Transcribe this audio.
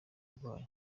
arwaye